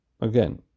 Again